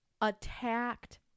attacked